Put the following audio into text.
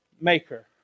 maker